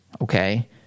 okay